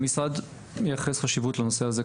המשרד מייחס חשיבות לנושא הזה,